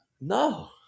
No